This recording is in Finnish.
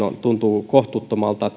tuntuu kohtuuttomalta